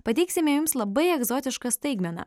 pateiksime jums labai egzotišką staigmeną